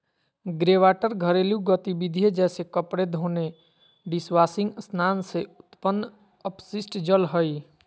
greywater घरेलू गतिविधिय जैसे कपड़े धोने, डिशवाशिंग स्नान से उत्पन्न अपशिष्ट जल हइ